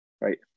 right